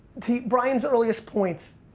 brian's earliest points.